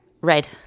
Red